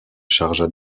chargea